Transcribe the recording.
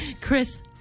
Chris